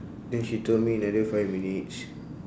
then she told me another five minutes